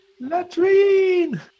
Latrine